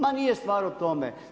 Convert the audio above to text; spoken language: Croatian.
Ma nije stvar u tome?